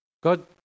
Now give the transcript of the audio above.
God